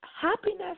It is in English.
Happiness